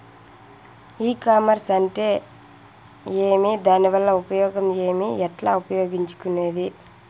ఈ కామర్స్ అంటే ఏమి దానివల్ల ఉపయోగం ఏమి, ఎట్లా ఉపయోగించుకునేది?